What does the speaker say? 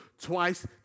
twice